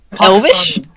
Elvish